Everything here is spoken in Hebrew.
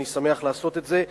אני שמח לעשות את זה,